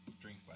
Drink